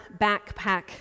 backpack